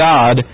God